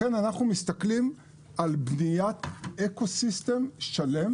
לכן אנחנו מסתכלים על בניית אקוסיסטם שלם,